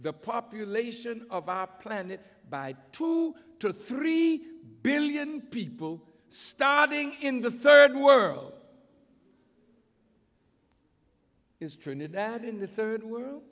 the population of our planet by two to three billion people starving in the third world is trinidad in the third world